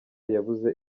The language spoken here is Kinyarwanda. yabuze